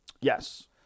Yes